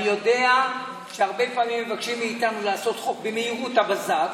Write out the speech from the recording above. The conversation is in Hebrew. אני יודע שהרבה פעמים מבקשים מאיתנו לעשות חוק במהירות הבזק,